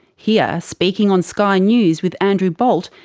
here, speaking on sky news with andrew bolt,